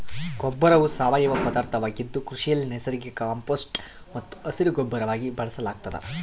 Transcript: ಗೊಬ್ಬರವು ಸಾವಯವ ಪದಾರ್ಥವಾಗಿದ್ದು ಕೃಷಿಯಲ್ಲಿ ನೈಸರ್ಗಿಕ ಕಾಂಪೋಸ್ಟ್ ಮತ್ತು ಹಸಿರುಗೊಬ್ಬರವಾಗಿ ಬಳಸಲಾಗ್ತದ